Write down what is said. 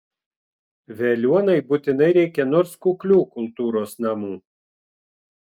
veliuonai būtinai reikia nors kuklių kultūros namų